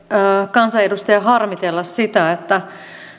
kansanedustaja harmitella sitä että